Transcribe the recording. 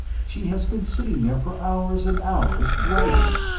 she has been sitting there for hours and hours, writing.